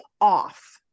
off